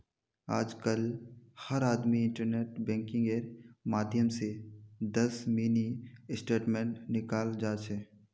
आजकल हर आदमी इन्टरनेट बैंकिंगेर माध्यम स दस मिनी स्टेटमेंट निकाल जा छ